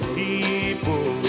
people